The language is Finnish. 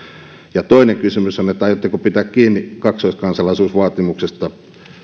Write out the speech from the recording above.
ja toinen kysymys aiotteko pitää kiinni kaksoiskansalaisuusvaatimuksesta